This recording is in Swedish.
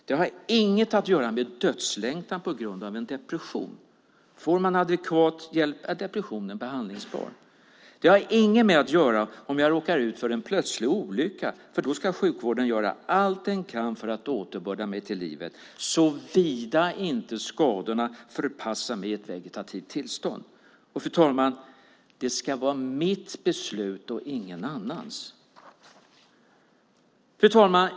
Det har inget att göra med dödslängtan på grund av en depression. Får man adekvat hjälp är depressionen behandlingsbar. Det har inget att göra med om jag råkar ut för en plötslig olycka, för då ska sjukvården göra allt den kan för att återbörda mig till livet - såvida inte skadorna förpassar mig till ett vegetativt tillstånd. Det ska vara mitt beslut och ingen annans. Fru talman!